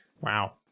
Wow